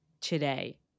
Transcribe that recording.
today